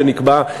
שנקבע,